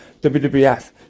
WWF